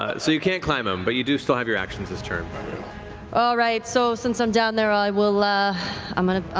ah so you can't climb him but you do still have your actions this turn. ashley all right, so since i'm down there i will, ah i'm going to